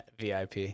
VIP